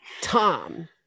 Tom